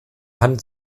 hand